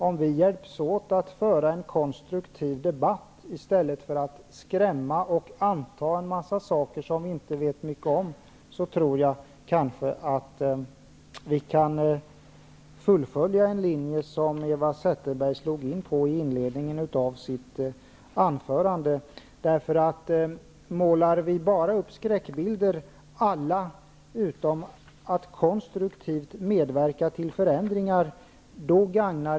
Om vi hjälps åt att föra en konstruktiv debatt, i stället för att skrämma och anta en mängd saker som vi inte vet något om, tror jag att vi kanske kan fullfölja den linje som Eva Zetterberg slog in på i inledningen av hennes anförande. Vi gagnar inte utvecklingen för ett bra boende i landet om vi bara målar upp skräckbilder utan att konstruktivt medverka till förändringar.